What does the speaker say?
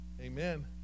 Amen